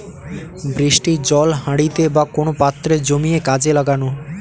বৃষ্টির জল হাঁড়িতে বা কোন পাত্রে জমিয়ে কাজে লাগানো